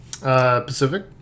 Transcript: Pacific